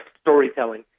storytelling